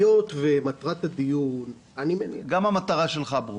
--- גם המטרה שלך ברורה.